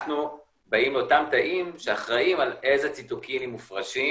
אנחנו באים לאותם תאים שאחראיים על איזה ציטוקינים מופרשים